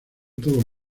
todos